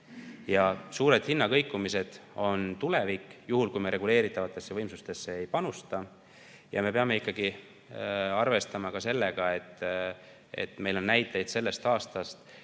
ja suured hinnakõikumised on tulevik, kui me reguleeritavatesse võimsustesse ei panusta. Me peame arvestama ka sellega, et meil on näiteid sellest aastast,